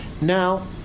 Now